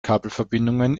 kabelverbindungen